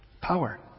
Power